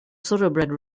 thoroughbred